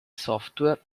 software